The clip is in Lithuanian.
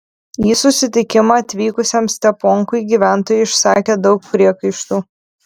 į susitikimą atvykusiam steponkui gyventojai išsakė daug priekaištų